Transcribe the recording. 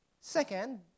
Second